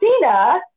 Cena